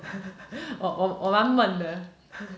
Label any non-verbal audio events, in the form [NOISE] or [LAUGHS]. [LAUGHS] 我蛮闷的